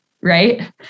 right